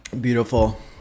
Beautiful